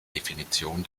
definition